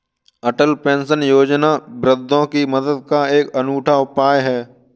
अटल pension योजना वृद्धों की मदद का एक अनूठा उपाय है